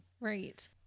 Right